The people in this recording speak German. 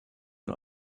nur